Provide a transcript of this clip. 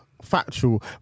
factual